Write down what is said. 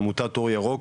זה עמותת אור ירוק,